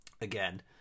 Again